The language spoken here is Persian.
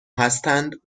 هستند